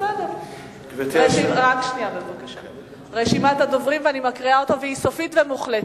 אני מקריאה אותה והיא סופית ומוחלטת,